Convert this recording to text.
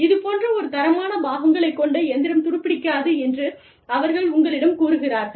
இதுபோன்ற ஒரு தரமான பாகங்களைக் கொண்ட இயந்திரம் துருப்பிடிக்காது என்று அவர்கள் உங்களிடம் கூறுகிறார்கள்